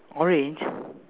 orange